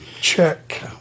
Check